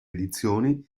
edizioni